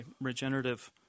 regenerative